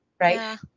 Right